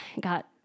got